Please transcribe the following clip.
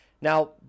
Now